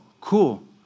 cool